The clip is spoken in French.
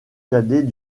cadet